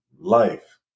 life